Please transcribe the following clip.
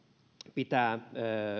pitää